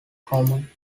common